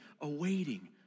awaiting